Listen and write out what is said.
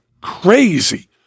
Crazy